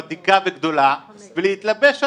ותיקה וגדולה ולהתלבש עליה.